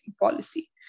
policy